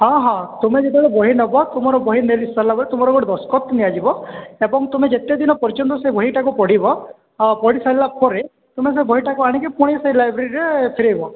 ହଁ ହଁ ତୁମେ ଯେତେବେଳେ ବହି ନେବ ତୁମର ବହି ନେଇ ସାରିଲା ପରେ ତୁମର ଗୋଟେ ଦସ୍ତଖତ ନିଆଯିବ ଏବଂ ତୁମେ ଯେତେ ଦିନ ପର୍ଯ୍ୟନ୍ତ ସେ ବହିଟାକୁ ପଢ଼ିବ ପଢ଼ି ସାରିଲା ପରେ ତୁମେ ସେ ବାହିଟାକୁ ଆଣିକି ପୁଣି ସେଇ ଲାଇବ୍ରେରୀରେ ଫେରେଇବ